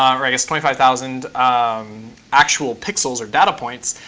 um or i guess twenty five thousand um actual pixels or data points,